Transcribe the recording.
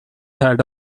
had